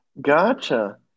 Gotcha